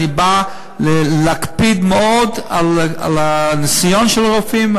אני בא להקפיד מאוד על הניסיון של הרופאים,